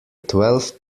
twelve